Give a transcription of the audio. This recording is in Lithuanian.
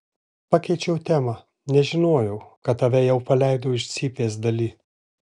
pakeičiau temą nežinojau kad tave jau paleido iš cypės dali